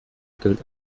gilt